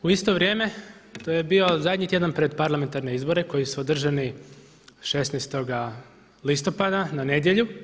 U isto vrijeme to je bio zadnji tjedan pred parlamentarne izbore koji su održani 16. listopada na nedjelju.